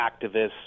activists